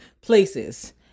places